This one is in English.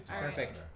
perfect